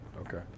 okay